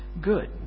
good